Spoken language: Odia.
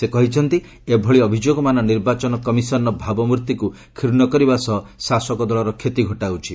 ସେ କହିଛନ୍ତି ଏଭଳି ଅଭିଯୋଗମାନ ନିର୍ବାଚନ କମିଶନ ର ଭାବମୂର୍ତ୍ତିକୁ କ୍ଷୁର୍ଣ୍ଣ କରିବା ସହ ଶାସକ ଦଳର କ୍ଷତି ଘଟାଉଛି